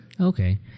Okay